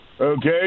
okay